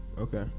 okay